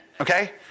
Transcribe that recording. okay